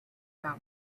come